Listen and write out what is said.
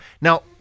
now